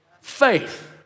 Faith